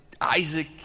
Isaac